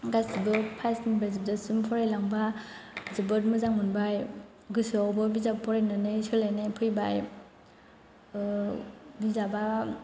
गासैबो फार्सट निफ्राय जोबजासिम फरायलांबा जोबोद मोजां मोनबाय गोसोआवबो बिजाब फरायनानै सोलायनाय फैबाय बिजाबा